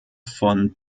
von